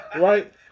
right